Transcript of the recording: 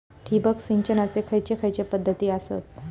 ठिबक सिंचनाचे खैयचे खैयचे पध्दती आसत?